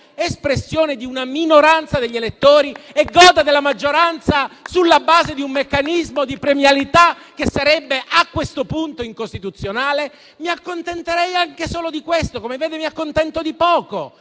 espressione di una minoranza degli elettori e goda della maggioranza sulla base di un meccanismo di premialità che sarebbe a questo punto incostituzionale? Mi accontenterei anche solo di questo. Come vede, mi accontento di poco,